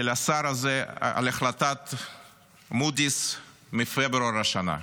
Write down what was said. השר הזה על החלטת מודי'ס מפברואר השנה.